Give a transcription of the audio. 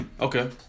Okay